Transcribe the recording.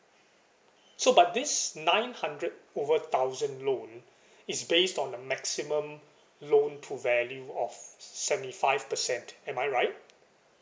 so but this nine hundred over thousand loan is based on a maximum loan pool value of seventy five percent am I right